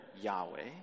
Yahweh